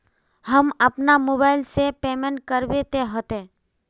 हम अपना मोबाईल से पेमेंट करबे ते होते?